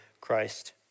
Christ